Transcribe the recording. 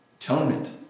Atonement